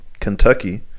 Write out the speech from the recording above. kentucky